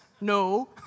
no